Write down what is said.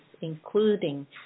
including